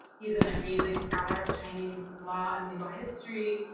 he's an amazing scholar of chinese law and legal history,